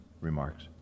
remarks